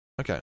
okay